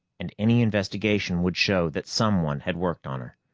and any investigation would show that someone had worked on her.